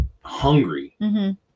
hungry